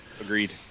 agreed